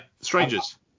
Strangers